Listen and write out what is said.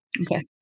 Okay